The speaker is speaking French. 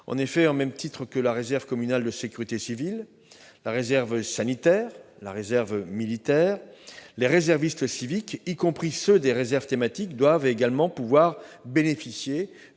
En effet, au même titre que la réserve communale de sécurité civile, la réserve sanitaire ou militaire, les réservistes civiques, y compris ceux des réserves thématiques, doivent pouvoir bénéficier